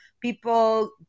people